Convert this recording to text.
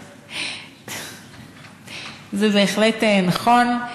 זה בהחלט נכון.